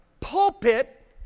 pulpit